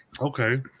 Okay